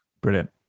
Brilliant